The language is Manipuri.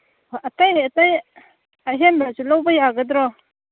ꯍꯣꯏ ꯑꯇꯩ ꯑꯇꯩ ꯑꯍꯦꯟꯕꯁꯨ ꯂꯧꯕ ꯌꯥꯒꯗ꯭ꯔꯣ